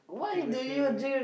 to keep myself